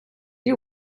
you